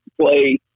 play